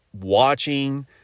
watching